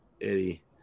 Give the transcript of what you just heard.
Eddie